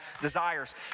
desires